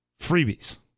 freebies